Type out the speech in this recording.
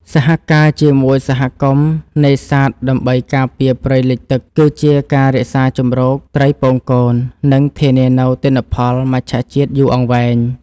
សហការជាមួយសហគមន៍នេសាទដើម្បីការពារព្រៃលិចទឹកគឺជាការរក្សាជម្រកត្រីពងកូន និង ធានានូវទិន្នផលមច្ឆជាតិយូរអង្វែង។